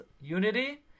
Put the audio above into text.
unity